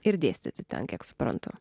ir dėstyti ten kiek suprantu